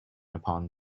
upon